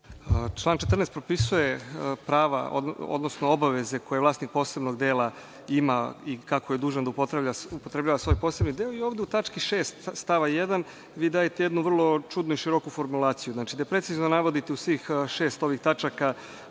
Član 14. propisuje prava, odnosno obaveze koje vlasnik posebnog dela ima i kako je dužan da upotrebljava svoj posebni deo. Ovde u tački 6. stava 1. vi dajete jednu vrlo čudnu i široku formulaciju, gde precizno navodite u svih šest ovih tačaka